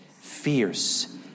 fierce